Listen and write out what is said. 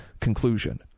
conclusion